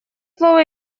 слово